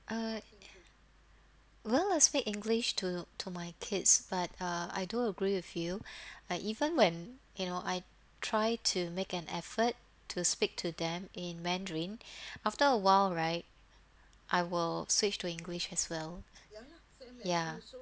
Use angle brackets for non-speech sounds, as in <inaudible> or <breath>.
uh well I speak english to to my kids but uh I do agree with you I even when you know I try to make an effort to speak to them in mandarin <breath> after a while right I will switch to english as well ya